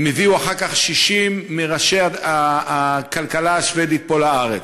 הם הביאו אחר כך 60 מראשי הכלכלה השבדית לפה לארץ.